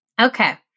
Okay